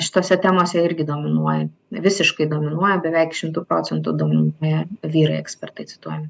šitose temose irgi dominuoja visiškai dominuoja beveik šimtu procentų dominuoja vyrai ekspertai cituojami